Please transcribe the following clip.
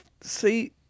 see